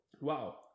Wow